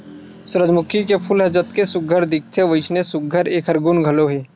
सूरजमूखी के फूल ह जतके सुग्घर दिखथे वइसने सुघ्घर एखर गुन घलो हे